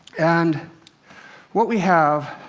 and what we have